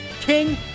King